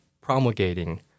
promulgating